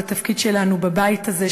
וזה התפקיד שלנו בבית הזה,